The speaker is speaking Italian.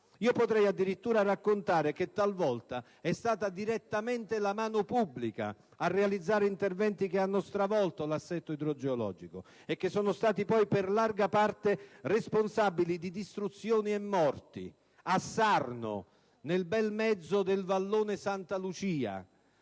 Potrei addirittura raccontare che talvolta è stata direttamente la mano pubblica a realizzare interventi che hanno stravolto l'assetto idrogeologico e che sono stati poi per larga parte responsabili di distruzioni e morti. A Sarno, nel bel mezzo del vallone Santa Lucia